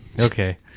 Okay